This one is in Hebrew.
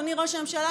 אדוני ראש הממשלה,